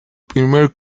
primer